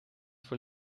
voor